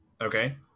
Okay